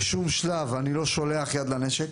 בשום שלב אני לא שולח יד לנשק